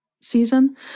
season